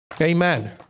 Amen